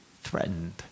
threatened